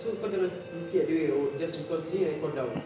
so kau jangan think it the way just cause gini abeh kau down